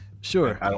sure